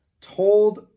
told